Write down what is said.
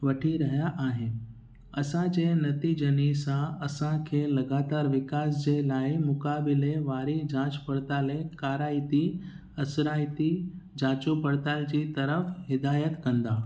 वठी रहिया आहिनि असांजे नतीजनी सां असांखे लॻातार विकास जे लाइ मुक़ाबिले वारे जाच पड़ताले काराइती असराइती जाचो पड़ताल जे तरफ़ि हिदायत कंदा